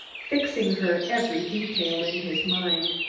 fixing her every detail in his mind.